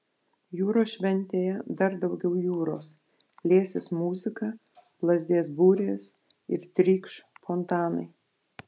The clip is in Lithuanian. jūros šventėje dar daugiau jūros liesis muzika plazdės burės ir trykš fontanai